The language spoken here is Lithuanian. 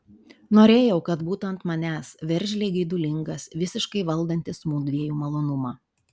norėjau kad būtų ant manęs veržliai geidulingas visiškai valdantis mudviejų malonumą